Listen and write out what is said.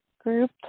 group